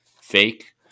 fake